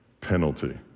penalty